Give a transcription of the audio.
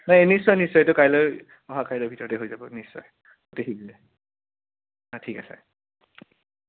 নাই নিশ্চয় নিশ্চয় এইটো কাইলৈ অহাকাইলে ভিতৰতে হৈ যাব নিশ্চয় অতি শীঘ্ৰে অঁ ঠিক আছে